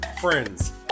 friends